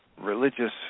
religious